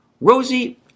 Rosie